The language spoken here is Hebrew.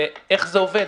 ואיך זה עובד,